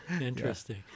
Interesting